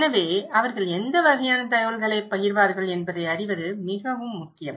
எனவே அவர்கள் எந்த வகையான தகவல்களைப் பகிர்வார்கள் என்பதை அறிவது மிகவும் முக்கியம்